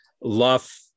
Luff